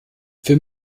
für